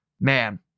Man